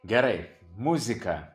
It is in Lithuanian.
gerai muzika